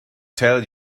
tell